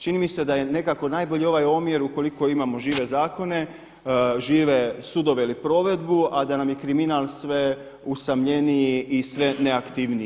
Čini mi se da je nekako najbolji ovaj omjer ukoliko imamo žive zakone, žive sudove ili provedbu, a da nam je kriminal sve usamljeniji i sve neaktivniji.